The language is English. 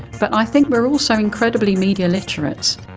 but i think we are also incredibly media literate.